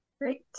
Great